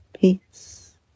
peace